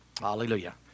Hallelujah